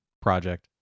project